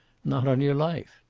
not on your life.